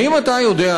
האם אתה יודע,